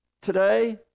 today